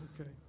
okay